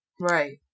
Right